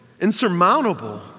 insurmountable